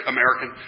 American